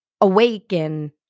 awaken